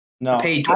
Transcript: No